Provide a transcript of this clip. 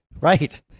Right